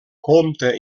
compta